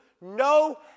no